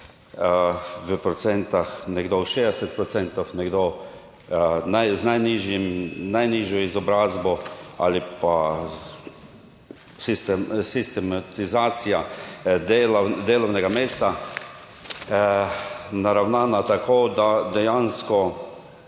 v procentih, nekdo 60 procentov, nekdo z najnižjo izobrazbo. Ali pa sistematizacija delovnega mesta naravnana tako, da dejansko